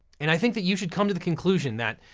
and i think that you should come to the conclusion that,